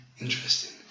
Interesting